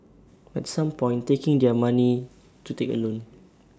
at some point taking their money to take A loan